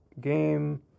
game